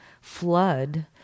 flood